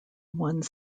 one